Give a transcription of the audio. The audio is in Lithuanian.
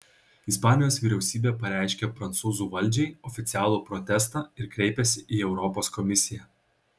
ispanijos vyriausybė pareiškė prancūzų valdžiai oficialų protestą ir kreipėsi į europos komisiją